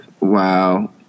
Wow